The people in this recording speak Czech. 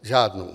Žádnou.